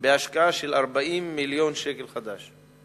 בהשקעה של 40 מיליון שקלים חדשים.